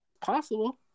possible